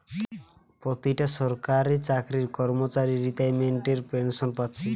পোতিটা সরকারি চাকরির কর্মচারী রিতাইমেন্টের পেনশেন পাচ্ছে